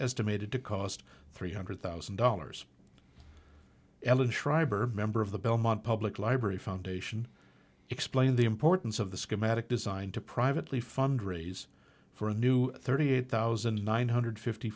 estimated to cost three hundred thousand dollars ellen schreiber member of the belmont public library foundation explained the importance of the schematic design to privately fundraise for a new thirty eight thousand nine hundred fifty